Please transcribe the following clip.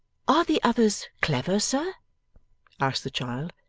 are the others clever, sir asked the child,